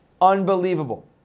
unbelievable